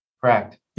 Correct